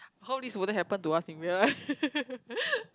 I hope this wouldn't happen to us in real life